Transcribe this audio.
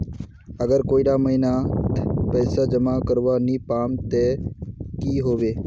अगर कोई डा महीनात पैसा जमा करवा नी पाम ते की होबे?